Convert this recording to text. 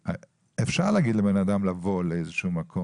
אפשר להגיד לבן אדם לבוא לאיזשהו מקום